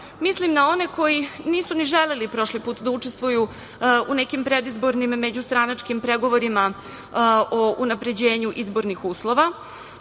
mislim na one koji nisu ni želeli prošli put da učestvuju u nekim predizbornim međustranačkim pregovorima o unapređenju izbornih uslova.